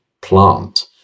plant